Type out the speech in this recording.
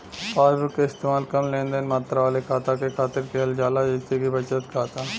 passbook क इस्तेमाल कम लेनदेन मात्रा वाले खाता के खातिर किहल जाला जइसे कि बचत खाता